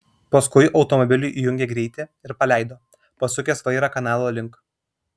paskui automobiliui įjungė greitį ir paleido pasukęs vairą kanalo link